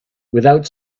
without